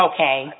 Okay